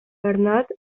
bernat